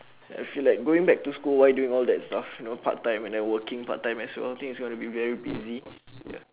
I feel like going back to school while doing all that stuff you know part time and then working part time as well think it's going to be very busy ya